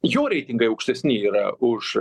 jo reitingai aukštesni yra už